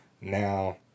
Now